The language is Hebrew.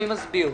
מי מסביר?